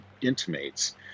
intimates